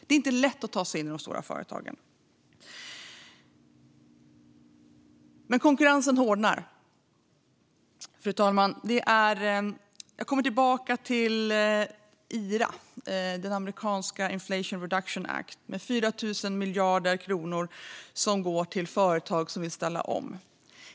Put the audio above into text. Det är inte lätt att ta sig in i de stora företagen. Men konkurrensen hårdnar, fru talman. Jag kommer tillbaka till IRA, den amerikanska Inflation Reduction Act, med 4 000 miljarder kronor som går till företag som vill ställa om.